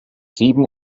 sieben